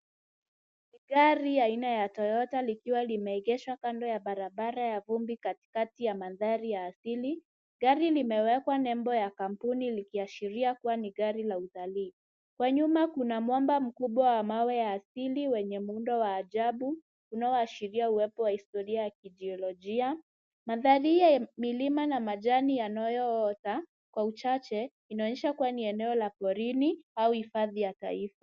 Ni gari aina ya toyota likiwa limeegeshwa kando ya barabara ya vumbi katikati ya mandhari ya asili. Gari limewekwa nembo ya kampuni likiashiria kuwa ni gari la utalii. Kwa nyuma kuna mwamba mkubwa wa mawe ya asili wenye muundo wa ajabu unaoashiria uwepo wa historia ya kijiolojia. Mandhari ya milima na majani yanayoota kwa uchache inaonyesha kuwa ni eneo la porini au hifadhi ya taifa.